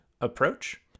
approach